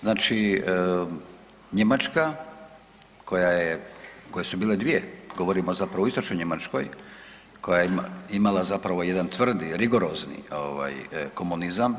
Znači Njemačka koja je, koje su bile dvije, govorimo zapravo o istočnoj Njemačkoj koja je imala zapravo jedan tvrdi, rigorozni komunizam.